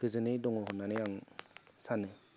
गोजोनै दङ होननानै आं सानो